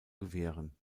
gewähren